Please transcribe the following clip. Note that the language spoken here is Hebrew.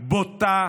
בוטה,